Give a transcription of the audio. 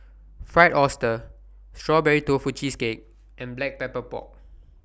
Fried Oyster Strawberry Tofu Cheesecake and Black Pepper Pork